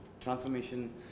transformation